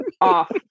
off